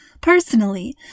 Personally